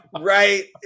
right